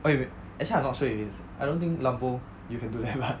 okay wait actually I'm not sure if it is I don't think lambo you can do that but